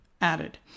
added